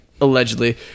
Allegedly